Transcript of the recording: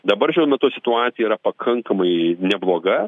dabar šiuo metu situacija yra pakankamai nebloga